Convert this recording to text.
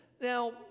Now